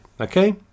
Okay